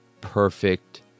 perfect